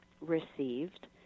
received